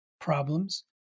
problems